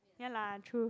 ya lah true